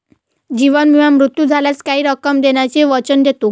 जीवन विमा मृत्यू झाल्यास काही रक्कम देण्याचे वचन देतो